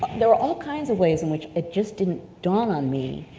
there were all kinds of ways in which it just didn't dawn on me,